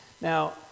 Now